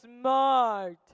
smart